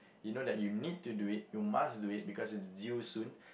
you know that you need to do it you must do it because it is due soon